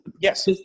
Yes